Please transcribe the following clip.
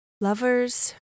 Lovers